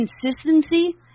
consistency